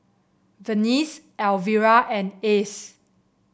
Venice Elvira and Ace